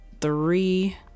three